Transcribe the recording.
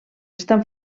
estan